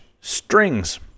strings